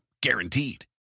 Guaranteed